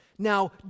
Now